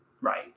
right